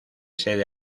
sede